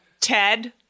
Ted